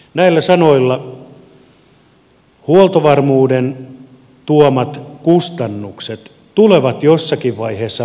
näillä sanoilla huoltovarmuuden tuomat kustannukset tulevat jossakin vaiheessa maksuun